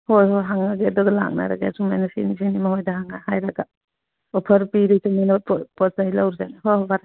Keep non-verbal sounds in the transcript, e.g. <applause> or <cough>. ꯍꯣꯏ ꯍꯣꯏ ꯍꯪꯉꯛꯑꯒꯦ ꯑꯗꯨꯒ ꯂꯥꯛꯅꯔꯒꯦ ꯁꯨꯃꯥꯏꯅ ꯁꯤꯅꯤ ꯁꯤꯅꯤ ꯃꯈꯣꯏꯗ ꯍꯪꯉ ꯍꯥꯏꯔꯒ ꯑꯣꯐꯔ ꯄꯤꯔꯤ <unintelligible> ꯄꯣꯠ ꯆꯩ ꯂꯧꯔꯨꯁꯦꯅ <unintelligible>